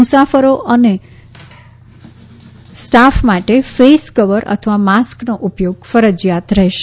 મુસાફરો અને સ્ટાફ માટે ફેસ કવર અથવા માસ્કનો ઉપયોગ ફરજિયાત રહેશે